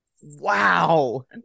wow